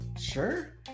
sure